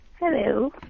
Hello